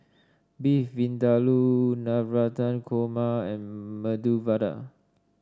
Beef Vindaloo Navratan Korma and Medu Vada